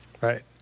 Right